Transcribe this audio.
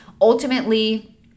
Ultimately